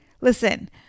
Listen